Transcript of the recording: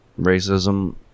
racism